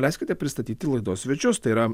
leiskite pristatyti laidos svečius tai yra